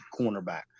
cornerback